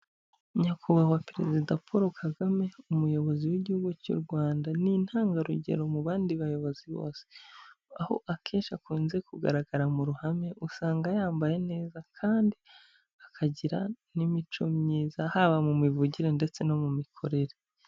Nyakubahwa perezida Paul Kagame, umuyobozi w'igihugu cy'u Rwanda. Ni intangarugero mu bandi bayobozi bose. Aho akenshi akunze kugaragara mu ruhame, usanga yambaye neza, kandi akagira n'imico myiza haba mu mivugire ndetse no mu mikorere.